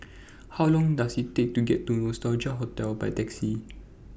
How Long Does IT Take to get to Nostalgia Hotel By Taxi